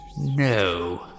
No